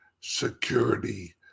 security